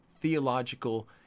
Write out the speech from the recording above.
theological